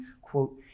quote